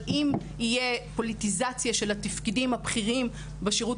אבל אם תהיה פוליטיזציה של התפקידים הבכירים בשירות